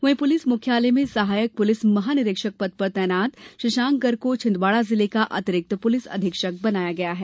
वहीं पुलिस मुख्यालय में सहायक पुलिस महानिरीक्षक पद पर तैनात शंशाक गर्ग को छिंदवाड़ा जिले का अतिरिक्त पुलिस अधीक्षक बनाया गया है